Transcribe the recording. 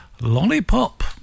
Lollipop